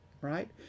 Right